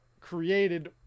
created